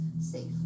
safe